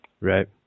Right